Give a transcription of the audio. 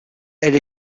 elle